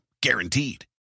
Guaranteed